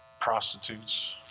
prostitutes